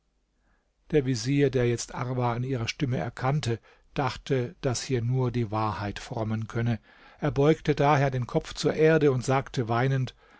der vezier der jetzt arwa an ihrer stimme erkannte dachte daß hier nur die wahrheit frommen könne er beugte daher den kopf zur erde und sagte weinend